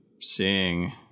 seeing